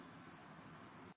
நன்றி